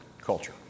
culture